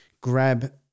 grab